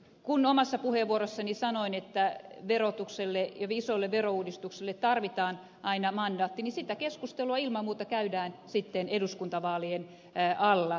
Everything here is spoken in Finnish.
kun omassa puheenvuorossani sanoin että verotukselle ja isolle verouudistukselle tarvitaan aina mandaatti niin sitä keskustelua ilman muuta käydään sitten eduskuntavaalien alla